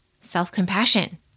Self-compassion